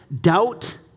Doubt